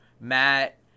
Matt